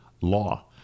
law